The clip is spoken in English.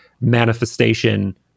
manifestation